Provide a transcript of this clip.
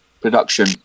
production